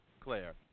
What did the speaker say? Claire